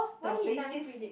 why he suddenly predict